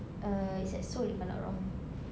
uh it's at seoul if I'm not wrong